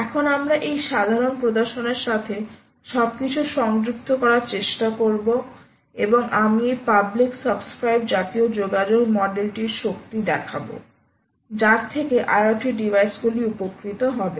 এখন আমরা এই সাধারণ প্রদর্শনের সাথে সবকিছু সংযুক্ত করার চেষ্টা করব এবং আমি এই পাবলিক সাবস্ক্রাইব জাতীয় যোগাযোগ মডেলটির শক্তি দেখাবো যার থেকে IoT ডিভাইসগুলি উপকৃত হবে